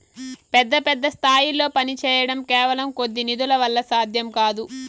పెద్ద పెద్ద స్థాయిల్లో పనిచేయడం కేవలం కొద్ది నిధుల వల్ల సాధ్యం కాదు